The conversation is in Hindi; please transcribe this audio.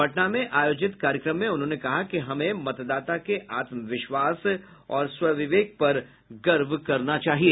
पटना में आयोजित कार्यक्रम में उन्होंने कहा कि हमें मतदाता के आत्मविश्वास और स्वविवेक पर गर्व करना चाहिए